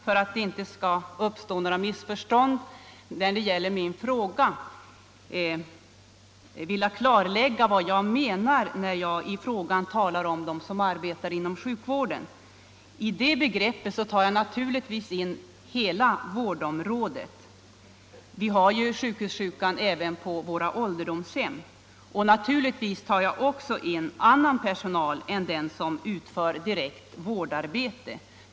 För att det inte skall uppstå några missförstånd när det gäller min fråga skulle jag ändå vilja klarlägga vad jag menar när jag i frågan talar om dem som arbetar inom sjukvården. I det begreppet tar jag naturligtvis in hela vårdområdet. Vi har sjukhussjukan även på våra ålderdomshem. Givetvis tar jag också in annan personal än den som utför direkt vårdarbete.